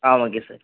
ah okay sir